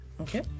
Okay